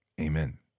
amen